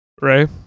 Ray